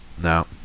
No